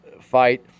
fight